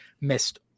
missed